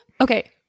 okay